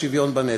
השוויון בנטל.